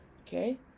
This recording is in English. Okay